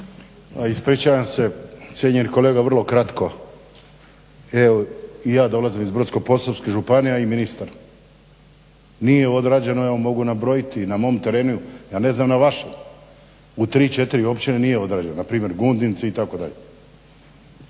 ispričavam se. Cijenjeni kolega vrlo kratko. Evo, i ja dolazim iz Brodsko-posavske županije a i ministar, nije odrađeno. Evo mogu nabrojiti na mom terenu, ja ne znam na vašem, u tri, četiri općine nije odrađeno. a primjer Gundinci itd.